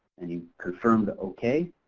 and you confirm the ok,